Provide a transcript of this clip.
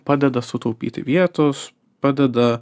padeda sutaupyti vietos padeda